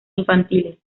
infantiles